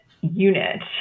unit